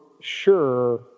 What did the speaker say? sure